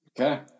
Okay